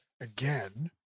again